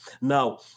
Now